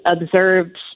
observed